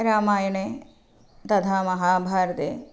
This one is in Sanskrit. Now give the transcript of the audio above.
रामायणे तथा महाभारते